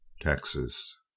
Texas